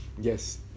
Yes